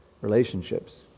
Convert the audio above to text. relationships